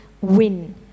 win